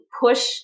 push